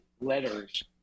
letters